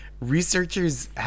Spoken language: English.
Researchers